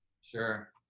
Sure